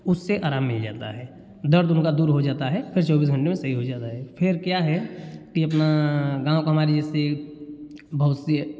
उससे अराम मिल जाता है दर्द उनका दूर हो जाता है फिर चौबीस घंटे में सही हो जाता है फिर क्या है कि अपना गाँव का हमारी जैसे बहुत सी